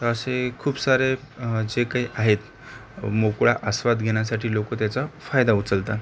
तर असे खूप सारे जे काही आहेत मोकळा आस्वाद घेण्यासाठी लोकं त्याचा फायदा उचलतात